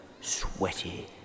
sweaty